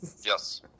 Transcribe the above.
Yes